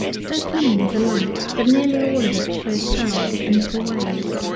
so clean is a light that nearly all of it shows pearls and little ways.